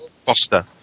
Foster